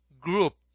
group